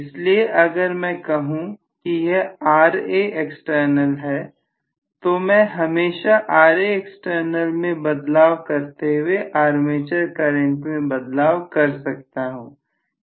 इसलिए अगर मैं कहूं कि यह है तो मैं हमेशा मैं बदलाव करते हुए आर्मेचर करंट में बदलाव कर सकता हूं